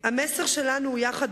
המסר שלנו הוא יחד,